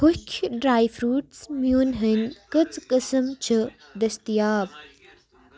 ہوٚکھِ dry fruits میون ۂنۍ کٔژ قٕسٕم چھِ دٔستِیاب